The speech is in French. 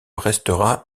restera